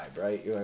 right